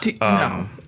no